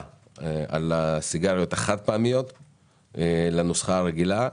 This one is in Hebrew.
של הסיגריות החד פעמיות לנוסחה הרגילה.